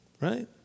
right